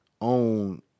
own